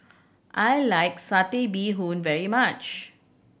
I like Satay Bee Hoon very much